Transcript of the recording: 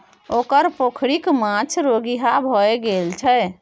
ओकर पोखरिक माछ रोगिहा भए गेल छै